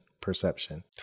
perception